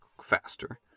faster